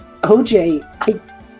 OJ